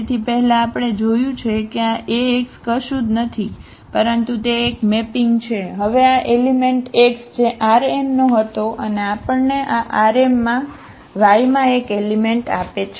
તેથી પહેલા આપણે જોયું છે કે આ Ax કશું જ નથી પરંતુ તે એક મેપિંગ છે હવે આ એલિમેંટ x જે Rn નો હતો અને તે આપણને આ Rm માં y માં એક એલિમેંટ આપે છે